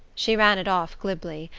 she ran it off glibly,